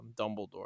Dumbledore